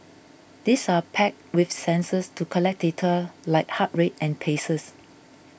these are packed with sensors to collect data like heart rate and paces